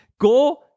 go